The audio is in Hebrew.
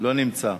לא נמצא.